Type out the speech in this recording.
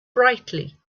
brightly